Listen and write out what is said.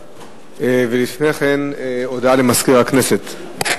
ולפני כן, הודעה למזכיר הכנסת.